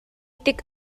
tik